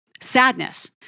Sadness